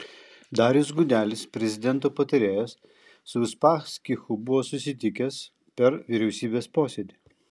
darius gudelis prezidento patarėjas su uspaskichu buvo susitikęs per vyriausybės posėdį